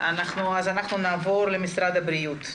נעבור למשרד הבריאות.